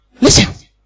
listen